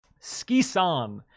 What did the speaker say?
Skisan